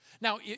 Now